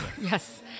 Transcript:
Yes